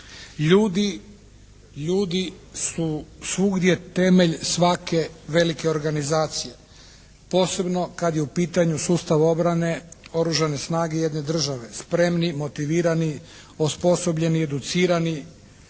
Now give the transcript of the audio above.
Ljudi su svugdje temelj svake velike organizacije. Posebno kad je u pitanju sustav obrane, Oružane snage jedne države, spremni, motivirani, osposobljeni, educirani